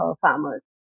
farmers